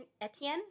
Etienne